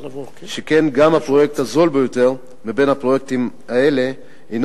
שכן גם הפרויקט הזול ביותר מבין הפרויקטים האלה הינו